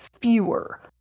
fewer